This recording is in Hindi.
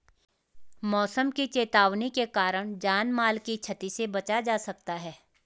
मौसम की चेतावनी के कारण जान माल की छती से बचा जा सकता है